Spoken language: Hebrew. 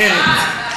אחרת,